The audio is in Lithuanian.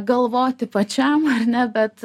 galvoti pačiam ne bet